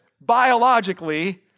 biologically